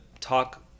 talk